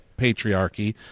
patriarchy